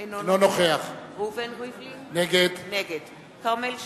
אינו נוכח ראובן ריבלין, נגד כרמל שאמה,